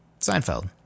Seinfeld